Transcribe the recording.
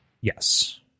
yes